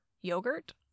yogurt